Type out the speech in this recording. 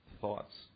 thoughts